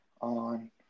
on